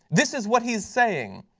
this is what he's saying.